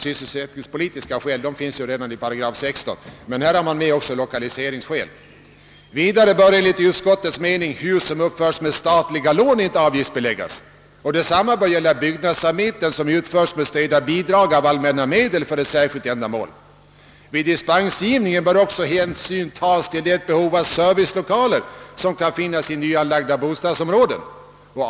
Sysselsättningspolitiska skäl finns redan angivna i 16 8, men här har man även tagit med lokaliseringspolitiska skäl. I reservationen säges därefter: » Vidare bör enligt utskottets mening hus som uppförs med statliga lån inte avgiftsbeläggas och detsamma bör gälla byggnadsarbeten som utförs med stöd av bidrag av allmänna medel för ett särskilt ändamål. — Vid dispensgivningen bör också hänsyn tas till det behov av servicelokaler som kan finnas i nyanlagda bostadsområden.